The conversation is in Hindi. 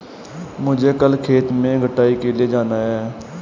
मुझे कल खेत में छटाई के लिए जाना है